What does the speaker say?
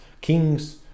kings